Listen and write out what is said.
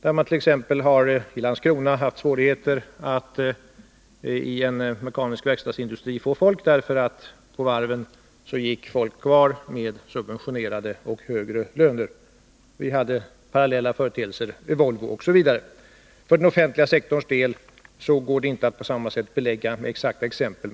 I Landskrona exempelvis har man haft svårigheter att i en mekanisk verkstadsindustri få folk, därför att personal gick kvar på varven med subventionerade högre löner. Det fanns parallella företeelser i t.ex. Volvo. För den offentliga sektorns del går det inte att på samma exakta sätt belägga sådant här med exempel.